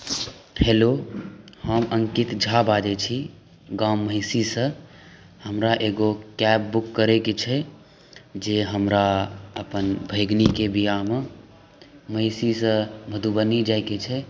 hello हम अङ्कित झा बाजै छी गाम महिषीसँ हमरा एगो कैब बुक करैके छै जे हमरा अपन भगिनीके बिआहमे महिषीसँ मधुबनी जाइके छै